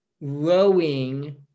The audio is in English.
rowing